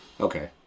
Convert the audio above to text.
Okay